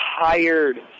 tired